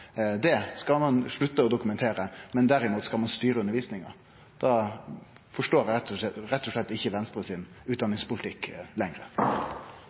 Det skal ein slutte å dokumentere, men derimot skal ein styre undervisninga. Da forstår eg rett og slett ikkje Venstre sin utdanningspolitikk